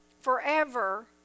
forever